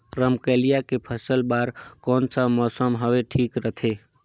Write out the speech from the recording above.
रमकेलिया के फसल बार कोन सा मौसम हवे ठीक रथे?